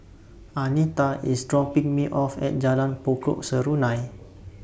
Anita IS dropping Me off At Jalan Pokok Serunai